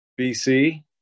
BC